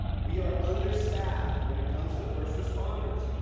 we are understaffed when it comes to first responders,